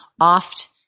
oft